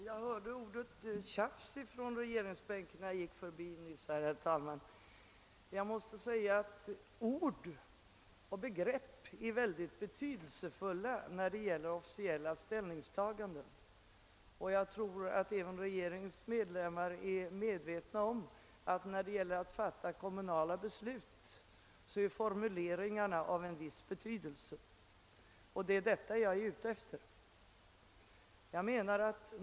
Herr talman! När jag nyss gick förbi regeringsbänken hörde jag ordet »tjafs» nämnas. Ord och begrepp är synnerligen betydelsefulla när det gäller officiella ställningstaganden, och jag tror att även regeringens medlemmar är medvetna om att formuleringarna är av en viss vikt när det gäller att fatta kommunala beslut. Det var detta jag syftade på.